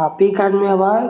आ पिक ऐपमे अयबै